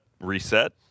reset